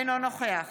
אינו נוכח